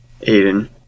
Aiden